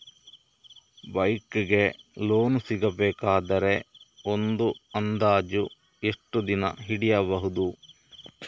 Bike ಗೆ loan ಸಿಗಬೇಕಾದರೆ ಒಂದು ಅಂದಾಜು ಎಷ್ಟು ದಿನ ಹಿಡಿಯಬಹುದು?